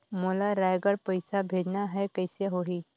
मोला रायगढ़ पइसा भेजना हैं, कइसे होही?